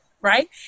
right